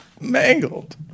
Mangled